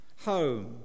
home